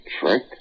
trick